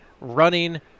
running